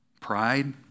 Pride